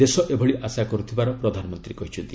ଦେଶ ଏଭଳି ଆଶା କରୁଥିବାର ପ୍ରଧାନମନ୍ତ୍ରୀ କହିଛନ୍ତି